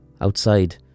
outside